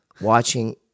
watching